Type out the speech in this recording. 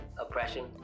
oppression